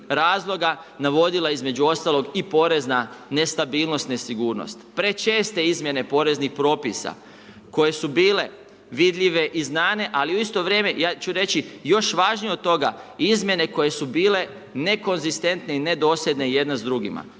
razloga navodila između ostalog i porezna nestabilnost, nesigurnost. Prečeste izmjene poreznih propisa koje su bile vidljive i znane ali u isto vrijeme ja ću reći još važnije od toga izmjene koje su bile nekonzistentne i nedosljedne jedne s drugima.